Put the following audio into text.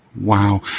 Wow